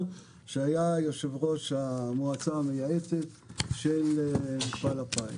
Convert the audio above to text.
שהיה יושב-ראש המועצה המייעצת של מפעל הפיס.